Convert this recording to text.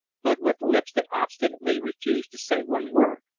but with lips that obstinately refused to say one word.